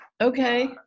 Okay